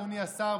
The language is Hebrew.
אדוני השר,